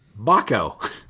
Baco